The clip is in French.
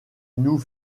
nous